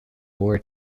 moore